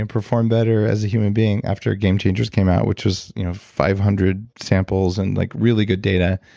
and perform better as a human being after game changers came out, which was you know five hundred samples and like really good data.